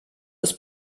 ist